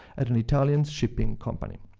at an italian shipping company.